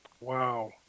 Wow